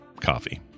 coffee